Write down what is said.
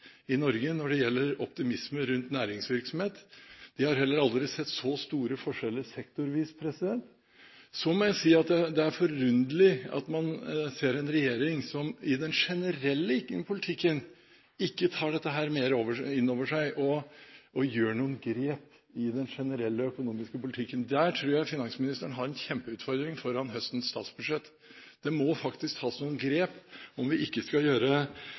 i Norge når det gjelder optimisme rundt næringsvirksomhet – de har heller aldri sett så store forskjeller sektorvis – må jeg si at det er forunderlig at man ser en regjering som ikke tar dette mer inn over seg og gjør noen grep i den generelle økonomiske politikken. Der tror jeg at finansministeren har en kjempeutfordring foran høstens statsbudsjett. Det må faktisk tas noen grep om vi ikke skal gjøre